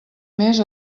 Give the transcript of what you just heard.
més